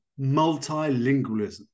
multilingualism